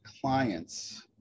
clients